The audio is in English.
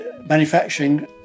manufacturing